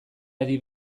adi